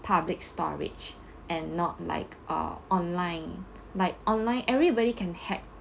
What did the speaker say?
public storage and not like uh online like online everybody can hack